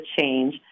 change